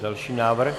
Další návrh.